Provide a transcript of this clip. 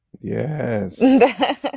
Yes